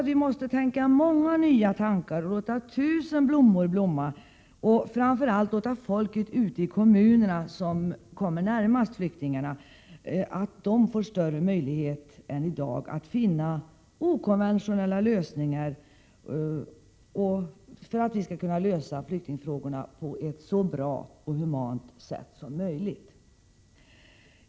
Vi måste tänka många nya tankar och låta tusen blommor blomma och framför allt låta folk ute i kommunerna, som kommer närmast flyktingarna, få större möjlighet än i dag att finna okonventionella lösningar för att vi skall kunna lösa flyktingfrågorna på ett så bra och humant sätt som möjligt.